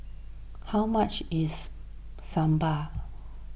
how much is Sambar